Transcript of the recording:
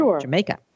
Jamaica